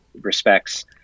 respects